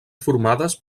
formades